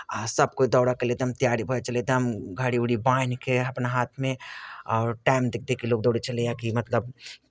आ सभकेओ दौड़यके लेल तैयार भऽ जाइ छलै एकदम घड़ी उड़ी बान्हि कऽ अपना हाथमे आओर टाइम देखि देखि कऽ लोक दौड़ै छलैए कि मतलब